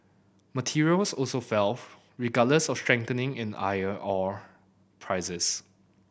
materials also fell regardless of a strengthening in iron ore prices